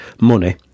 money